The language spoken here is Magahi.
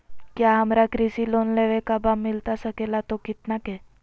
क्या हमारा कृषि लोन लेवे का बा मिलता सके ला तो कितना के?